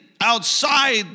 outside